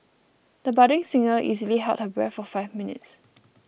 the budding singer easily held her breath for five minutes